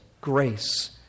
grace